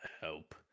help